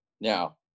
Now